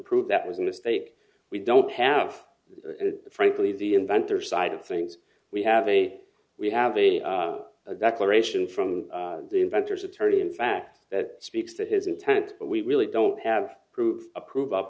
prove that was a mistake we don't have frankly the inventor side of things we have a we have a declaration from the inventors attorney in fact that speaks to his intent but we really don't have proof approve of